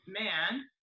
man